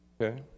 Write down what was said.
Okay